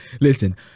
Listen